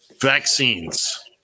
Vaccines